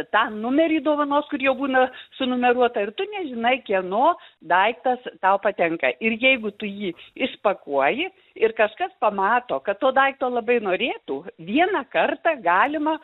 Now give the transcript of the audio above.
tą numerį dovanos kuri jau būna sunumeruota ir tu nežinai kieno daiktas tau patenka ir jeigu tu jį išpakuoji ir kažkas pamato kad to daikto labai norėtų vieną kartą galima